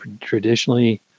traditionally